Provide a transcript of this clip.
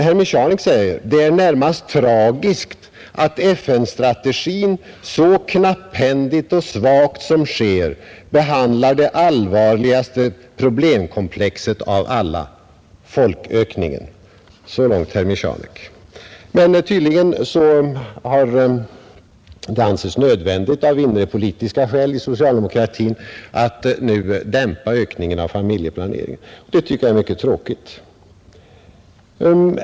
Herr Michanek anför: ”Det är närmast tragiskt att FN-strategin så knapphändigt och svagt som sker behandlar det allvarligaste problemkomplexet av alla — folkökningen.” Så långt herr Michanek. Men tydligen har det nu ansetts nödvändigt för socialdemokraterna att av inrepolitiska skäl dämpa ökningen av familjeplaneringen. Det tycker jag är mycket tråkigt.